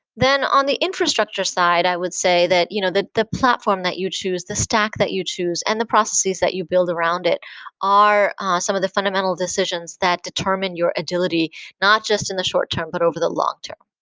then on the infrastructure side, i would say that you know that the platform that you choose, the stack that you choose and the processes that you build around it are ah some of the fundamental decisions that determine your agility not just in the short term, but over the long term.